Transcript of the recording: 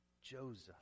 Joseph